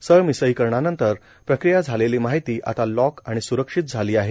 सरमिसळीकरणानंतर प्रक्रिया झालेली माहिती आता लॉक आणि सुरक्षित झाली आहे